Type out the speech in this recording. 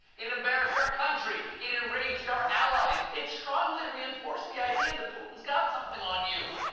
it embarrassed our country. it enraged our allies. it strongly reinforced the idea that putin's got something on you.